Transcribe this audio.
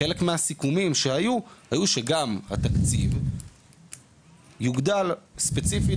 חלק מהסיכומים היו שהתקציב יוגדל ספציפית